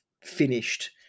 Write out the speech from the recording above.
finished